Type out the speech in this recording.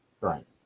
right